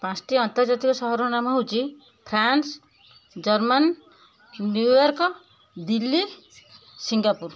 ପାଞ୍ଚଟି ଆନ୍ତର୍ଜାତୀୟ ସହରର ନାମ ହଉଛି France German New York Delhi Singapore